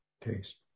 taste